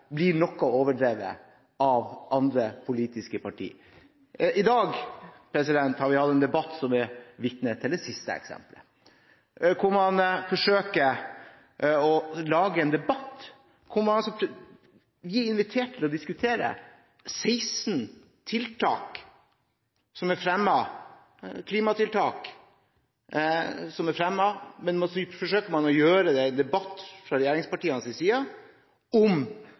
blir noe overdrevet av andre politiske partier. I dag har vi hatt en debatt som vitner om det siste eksemplet, hvor man forsøker å lage en debatt der man blir invitert til å diskutere 16 klimatiltak som er fremmet. Men så forsøker man fra regjeringspartienes side å gjøre det til en debatt om Fremskrittspartiet, og at Fremskrittspartiet ikke tror nok på menneskeskapte klimaendringer. Det er for øvrig en svært interessant diskusjon, men i